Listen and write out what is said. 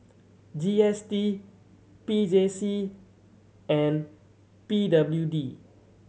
G S T P J C and P W D